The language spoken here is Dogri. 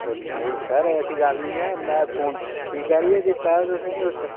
ओह् नेईं सर ऐसी गल्ल नेईं ऐ में फोन ठीक करियै दित्ता आ तुसें ई उस टाईम